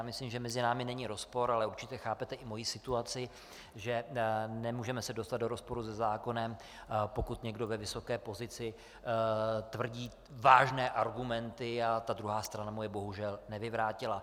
Já myslím, že mezi námi není rozpor, ale určitě chápete i moji situaci, že se nemůžeme dostat do rozporu se zákonem, pokud někdo ve vysoké pozici tvrdí vážné argumenty a ta druhá strana mu je bohužel nevyvrátila.